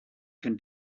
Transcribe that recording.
can